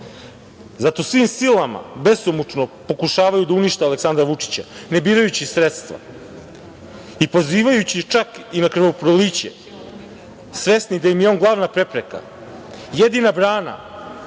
zato svim silama besomučno pokušavaju da unište Aleksandra Vučića ne birajući sredstva i pozivajući čak i na krvoproliće, svesni da im je on glavna prepreka, jedina grana